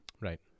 Right